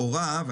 שמשפיע על